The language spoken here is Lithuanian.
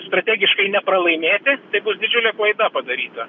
strategiškai nepralaimėti tai bus didžiulė klaida padaryta